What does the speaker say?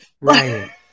Right